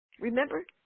Remember